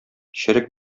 черек